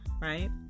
right